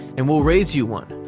and we'll raise you one.